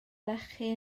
lechi